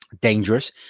dangerous